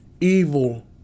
evil